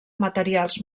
materials